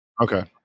Okay